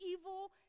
evil